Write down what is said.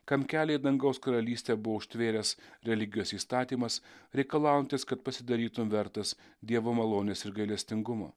kam kelią į dangaus karalystę buvo užtvėręs religijos įstatymas reikalaujantis kad pasidarytum vertas dievo malonės ir gailestingumo